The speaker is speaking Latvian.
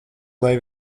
lai